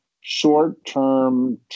short-term